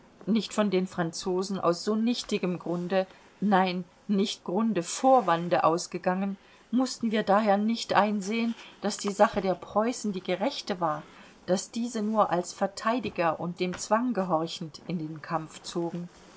nicht von den franzosen aus so nichtigem grunde nein nicht grunde vorwande ausgegangen mußten wir daher nicht einsehen daß die sache der preußen die gerechte war daß diese nur als verteidiger und dem zwang gehorchend in den kampf zogen